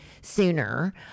sooner